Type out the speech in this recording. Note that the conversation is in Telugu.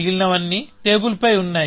మిగిలినవన్నీ టేబుల్పై ఉన్నాయి